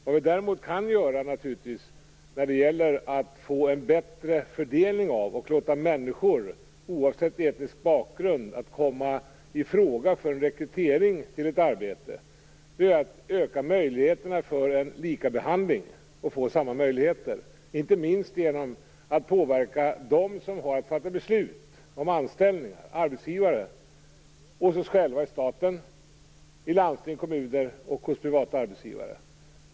Vad vi däremot naturligtvis kan göra när det gäller att få en bättre fördelning och låta människor oavsett etnisk bakgrund komma i fråga för en rekrytering till ett arbete är att öka möjligheterna till en likabehandling så att alla får samma möjligheter. Det kan vi göra inte minst genom att påverka dem som har att fatta beslut om anställning, dvs. arbetsgivare hos staten, i landsting och kommuner samt privata arbetsgivare.